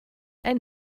ein